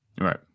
right